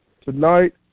tonight